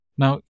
Now